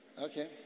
Okay